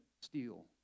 steal